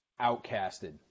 outcasted